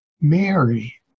Mary